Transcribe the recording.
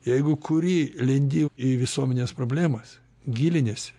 jeigu kuri lendi į visuomenės problemas giliniesi